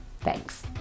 Thanks